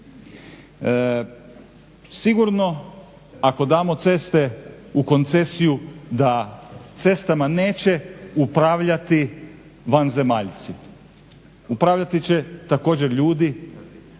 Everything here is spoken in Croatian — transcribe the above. Sigurno ako damo ceste u koncesiju da cestama neće upravljati vanzemaljci. Upravljati će također ljudi,